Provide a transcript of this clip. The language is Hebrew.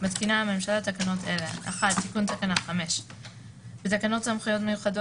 מתקינה הממשלה תקנות אלה: תיקון תקנה 5 בתקנות סמכויות מיוחדות